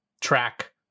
track